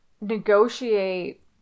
negotiate